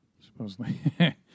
Supposedly